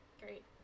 Great